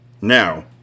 Now